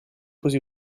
così